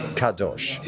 kadosh